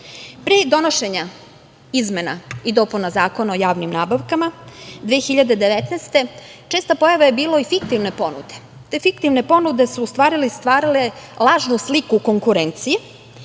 donošenja izmena i dopuna Zakona o javnim nabavkama, 2019. godine česta pojava je bila i fiktivne ponude. Te fiktivne ponude su, u stvari stvarale lažnu sliku konkurenciji,